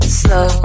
slow